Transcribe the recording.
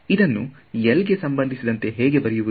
ಅದನ್ನು L ಗೆ ಸಂಬಂಧಿಸಿದಂತೆ ಹೇಗೆ ಬರೆಯುವುದು